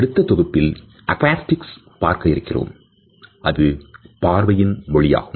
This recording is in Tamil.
அடுத்த தொகுப்பில் oculesics பார்க்கவிருக்கிறோம் பார்வையின் மொழியாகும்